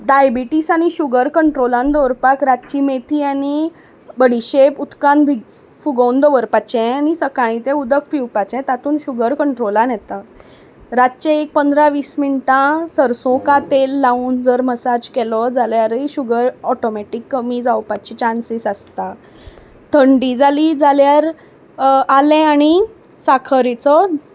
diabetes आनी sugar कंट्रोलान दवरपाक रातची मेथी आनी बडिशेप उदकान फुगोवन दवरपाचें आनी सकाळीं तें उदक पिवपाचें तातूून शुगर कंट्रोलान येता रातचें एक पंदरा वीस मिनटां सरसो का तेल लावन जर मसााज केलो जाल्यारू शुगर ऑटोमॅटीक कमी जावपाची चांसीस आसता थंडी जाली जाल्यार आलें आनी साखरेचो